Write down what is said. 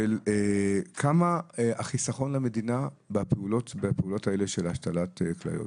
כמה החיסכון למדינה בפעולות האלה של השתלת כליות.